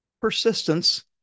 persistence